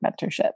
mentorship